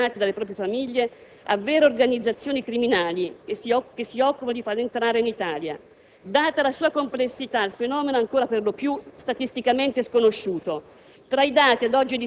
che vengono affidati dalle proprie famiglie a vere organizzazioni criminali che si occupano di farli entrare in Italia. Data la sua complessità, il fenomeno è ancora per lo più statisticamente sconosciuto.